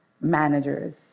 managers